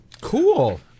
Cool